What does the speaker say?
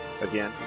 again